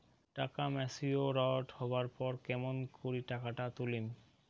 টাকা ম্যাচিওরড হবার পর কেমন করি টাকাটা তুলিম?